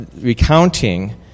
recounting